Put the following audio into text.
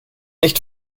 nicht